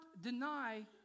deny